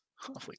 Holy